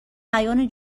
بیان